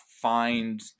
find